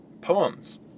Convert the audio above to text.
poems